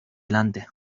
delante